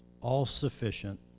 all-sufficient